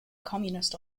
communist